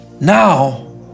Now